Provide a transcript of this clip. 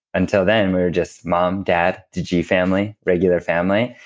until then we were just mom, dad, the gee family, regular family.